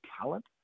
talent